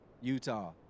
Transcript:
Utah